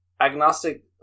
agnostic